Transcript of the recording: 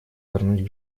вернуть